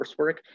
coursework